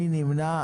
מי נמנע.